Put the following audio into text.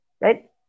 right